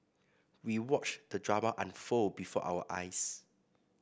we watched the drama unfold before our eyes